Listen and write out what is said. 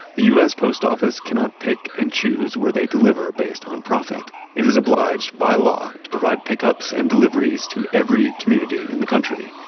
the us post office cannot pick and choose where they deliver based on profit. it is obliged by law to provide pickups and deliveries to every community in the country,